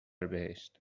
بهشت